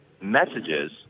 messages